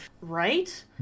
Right